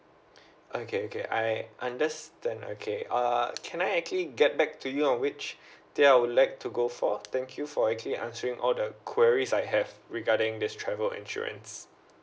okay okay I understand okay uh can I actually get back to you on which tier I would like to go for thank you for actually answering all the queries I have regarding this travel insurance